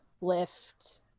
lift